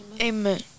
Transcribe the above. Amen